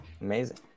Amazing